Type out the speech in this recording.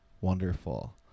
Wonderful